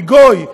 מגוי,